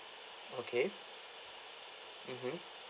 okay mmhmm